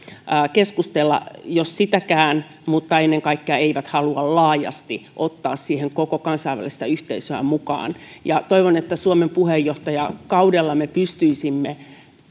keskustella jos sitäkään mutta ennen kaikkea eivät halua laajasti ottaa siihen koko kansainvälistä yhteisöä mukaan toivon että suomen puheenjohtajakaudella me pystyisimme